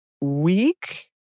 week